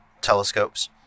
telescopes